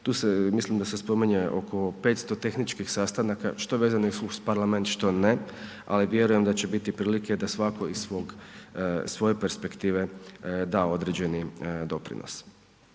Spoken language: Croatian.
tu mislim da se spominje oko 500 tehničkih sastanaka što vezanih uz Parlament, što ne, ali vjerujem da će biti prilike da svako iz svoje perspektive da određeni doprinos.